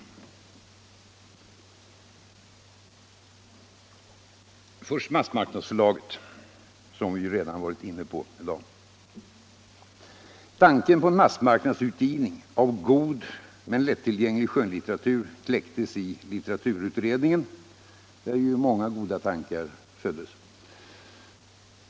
Först gäller det massmarknadsförlaget, som vi ju redan har varit inne på i dag. Tanken på en massmarknadsutgivning av god men lättillgänglig skönlitteratur kläcktes i litteraturutredningen, där ju många goda tankar föddes.